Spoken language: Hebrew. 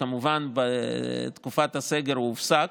כמובן בתקופת הסגר הוא הופסק,